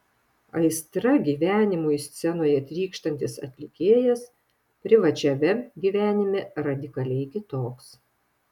aistra gyvenimui scenoje trykštantis atlikėjas privačiame gyvenime radikaliai kitoks